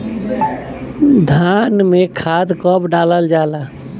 धान में खाद कब डालल जाला?